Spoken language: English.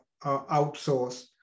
outsourced